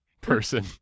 person